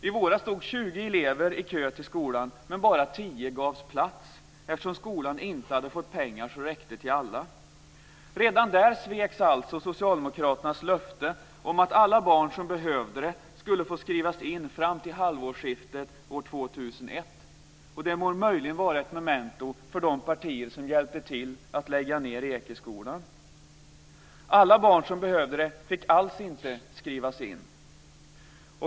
I våras stod 20 elever i kö till skolan, men bara 10 gavs plats, eftersom skolan inte hade fått pengar så att det räckte till alla. Redan där sveks alltså Socialdemokraternas löfte om att alla barn som behövde det skulle få skrivas in fram till halvårsskiftet år 2001. Det borde möjligen vara ett memento för de partier som hjälpte till att lägga ned Ekeskolan. Alla barn som behövde det fick alls inte skrivas in.